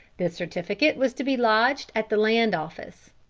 this certificate was to be lodged at the land office.